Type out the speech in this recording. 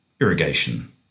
irrigation